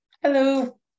Hello